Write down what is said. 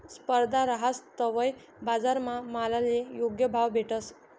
स्पर्धा रहास तवय बजारमा मालले योग्य भाव भेटस